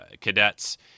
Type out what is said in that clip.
cadets